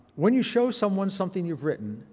when you show someone something you've written,